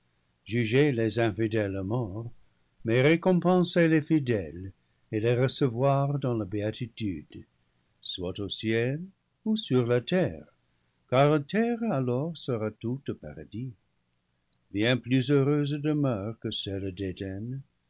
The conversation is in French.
juger les infidèles morts mais récompenser les fidèles et les recevoir dans la béatitude soit au ciel ou sur la terre car la terre alors sera toute paradis bien plus heureuse de meure que celle